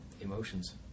emotions